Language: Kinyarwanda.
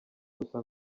gusa